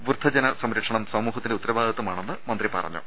വൃദ്ധജിന സംരക്ഷണം സമൂ ഹ ത്തിന്റെ ഉത്ത ര വാ ദി ത്ത മാ ണെന്ന് മന്ത്രി പറഞ്ഞു